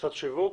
רשתות השיווק.